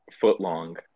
foot-long